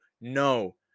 No